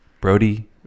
brody